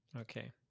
okay